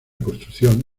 construcción